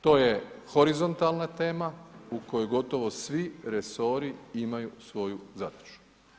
To je horizontalna tema u kojoj gotovo svi resori imaju svoju zadaću.